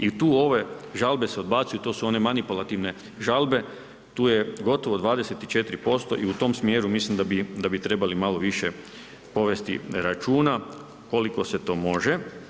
I tu ove žalbe se odbacuju, to su one manipulativne žalbe, tu je gotovo 24% i u tom smjeru mislim da bi trebali malo više povesti računa koliko se to može.